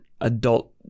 adult